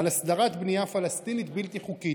על הסדרת בנייה פלסטינית בלתי חוקית.